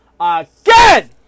again